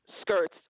skirts